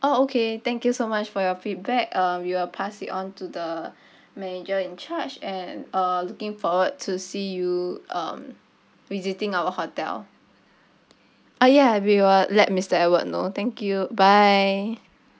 oh okay thank you so much for your feedback uh we will pass it on to the manager in charge and uh looking forward to see you um visiting our hotel ah ya we will let mister edward know thank you bye